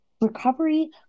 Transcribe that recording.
recovery